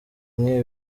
nk’ibi